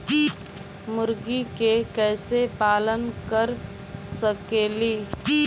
मुर्गि के कैसे पालन कर सकेली?